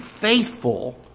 faithful